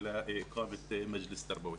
ועל הבקשה שלך להקמת מועצה חינוכית.